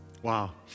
Wow